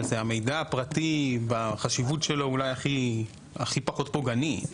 אבל זה המידע הפרטי בחשיבות שלו אולי הכי פחות פוגעני.